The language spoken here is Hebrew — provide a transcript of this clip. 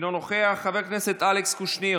אינו נוכח, חבר הכנסת אלכס קושניר,